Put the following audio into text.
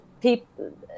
people